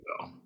go